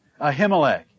Ahimelech